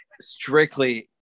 strictly